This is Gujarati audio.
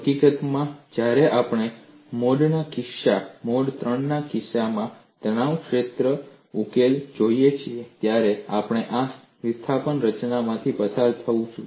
હકીકતમાં જ્યારે આપણે મોડ III ના કેસમાં તણાવ ક્ષેત્રના ઉકેલને જોઈએ છીએ ત્યારે આપણે આ વિસ્થાપન રચનામાંથી પસાર થઈશું